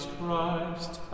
Christ